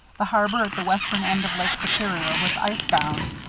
the harbor at the western end of lake superior was ice-bound,